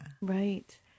Right